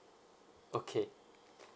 okay